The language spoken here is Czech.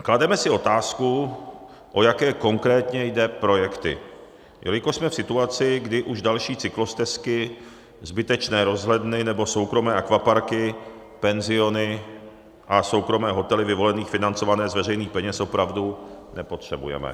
Klademe si otázku, o jaké konkrétně jde projekty, jelikož jsme v situaci, kdy už další cyklostezky, zbytečné rozhledny nebo soukromé akvaparky, penziony a soukromé hotely vyvolených financované z veřejných peněz opravdu nepotřebujeme.